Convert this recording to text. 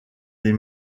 des